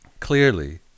Clearly